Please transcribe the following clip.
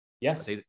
Yes